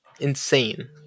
insane